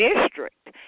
district